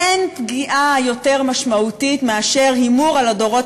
אין פגיעה יותר משמעותית מאשר הימור על הדורות